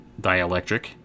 dielectric